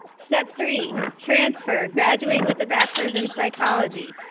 step three, transfer. graduate with a bachelor's in psychology.